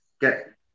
get